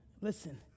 Listen